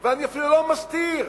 אפילו לא מסתיר.